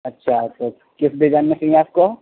اچھا تو کس ڈیزائن میں چاہیے آپ کو